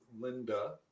Linda